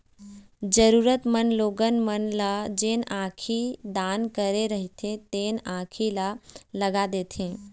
जरुरतमंद लोगन मन ल जेन आँखी दान करे रहिथे तेखर आंखी ल लगा देथे